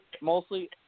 Mostly